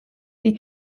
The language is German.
die